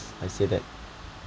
I said that